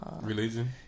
religion